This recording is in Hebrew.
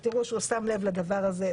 אבל תדעו ותראו שהוא שם לב לדבר הזה.